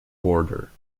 border